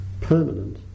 permanent